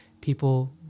people